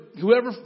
whoever